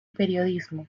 periodismo